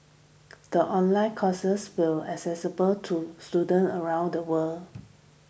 the online courses will accessible to students around the world